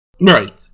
Right